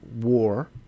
war